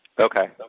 okay